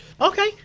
Okay